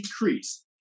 decrease